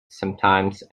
sometimes